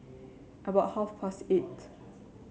about half past eight